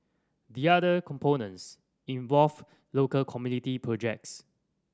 the other components involve local community projects